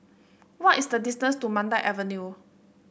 what is the distance to Mandai Avenue